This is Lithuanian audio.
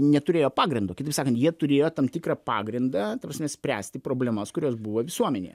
neturėjo pagrindo kitaip sakant jie turėjo tam tikrą pagrindą ta prasme spręsti problemas kurios buvo visuomenėje